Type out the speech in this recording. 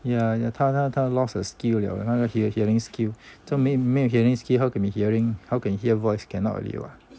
ya ya 他他他 lost her skill liao 了那个 hearing skill 就没没有 hearing skill how can be hearing how can hear voice cannot already what